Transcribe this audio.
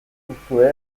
duzue